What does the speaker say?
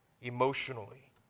emotionally